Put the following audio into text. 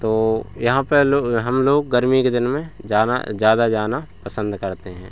तो यहाँ पर हम लोग गर्मी के दिन में जाना ज़्यादा जाना पसंद करते हैं